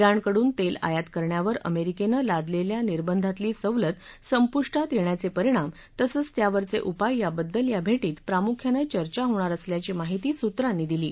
जिणकडून तेल आयात करण्यावर अमेरिकेनं लादलेल्या निर्बंधातली सवलत संपुष्टात येण्याचे परिणाम तसंच त्यावरचे उपाय याबद्दल या भेटीत प्रामुख्यानं चर्चा होणार असल्याची माहिती सूत्रांनी दिली आहे